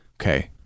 Okay